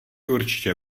určitě